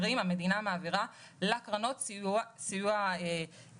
המדינה מעבירה לקרנות סיוע שנתי,